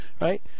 right